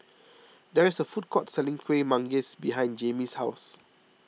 there is a food court selling Kuih Manggis behind Jayme's house